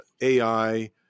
AI